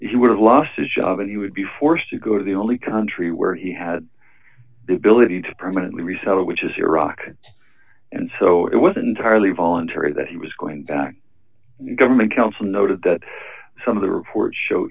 he would have lost his job and he would be forced to go to the only country where he had to permanently reset it which is iraq and so it was entirely voluntary that he was going back to government council noted that some of the reports show